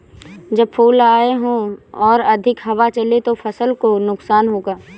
जब फूल आए हों और अधिक हवा चले तो फसल को नुकसान होगा?